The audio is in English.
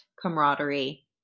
camaraderie